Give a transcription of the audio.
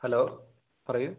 hello പറയൂ